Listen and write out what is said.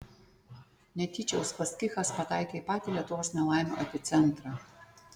netyčia uspaskichas pataikė į patį lietuvos nelaimių epicentrą